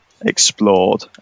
explored